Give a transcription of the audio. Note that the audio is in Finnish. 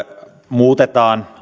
muutetaan